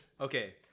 Okay